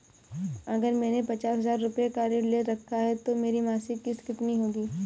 अगर मैंने पचास हज़ार रूपये का ऋण ले रखा है तो मेरी मासिक किश्त कितनी होगी?